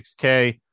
6k